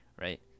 right